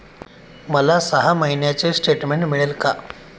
मला सहा महिन्यांचे स्टेटमेंट मिळेल का?